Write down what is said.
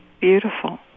Beautiful